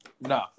No